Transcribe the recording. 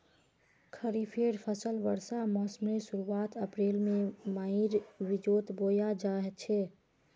खरिफेर फसल वर्षा मोसमेर शुरुआत अप्रैल से मईर बिचोत बोया जाछे